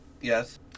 Yes